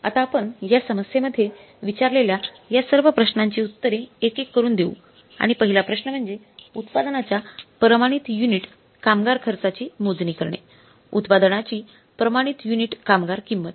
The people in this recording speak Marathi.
तर आता आपण या समस्येमध्ये विचारलेल्या या सर्व प्रश्नांची उत्तरे एक एक करून देऊ आणि पहिला प्रश्न म्हणजे उत्पादनाच्या प्रमाणित युनिट कामगार खर्चाची मोजणी करणे उत्पादनाची प्रमाणित युनिट कामगार किंमत